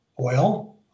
Oil